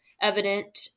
evident